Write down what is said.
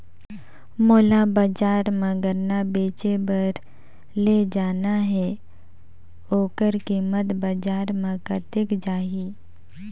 मोला बजार मां गन्ना बेचे बार ले जाना हे ओकर कीमत बजार मां कतेक जाही?